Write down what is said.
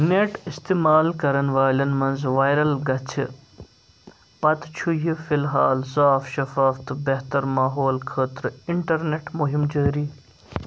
net استعمال کَرن والٮ۪ن منٛز وایرل گژھنہٕ پتہٕ چھُ یہِ فی الحال صاف شِفاف تہٕ بہتر ماحول خٲطرٕ انٹرنیٹ مہم جٲری